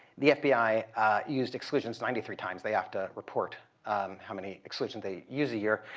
the fbi used exclusions ninety three times. they have to report how many exclusions they use a year.